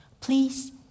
please